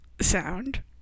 sound